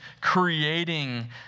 creating